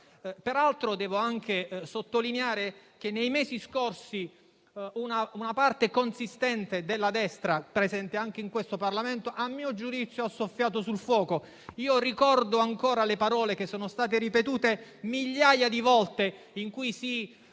Peraltro devo anche sottolineare che, nei mesi scorsi, una parte consistente della destra, presente anche in Parlamento, a mio giudizio ha soffiato sul fuoco. Ricordo le parole che sono state ripetute migliaia di volte, in cui si